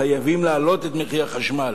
חייבים להעלות את מחיר החשמל,